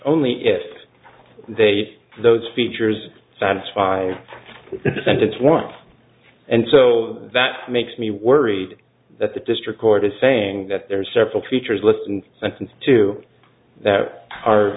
only if they those features satisfy the sentence want and so that makes me worried that the district court is saying that there are several features listened to that are